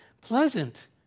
pleasant